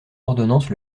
ordonnances